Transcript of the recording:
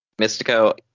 Mystico